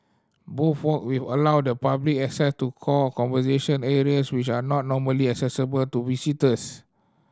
both walk will allow the public access to core conservation areas which are not normally accessible to visitors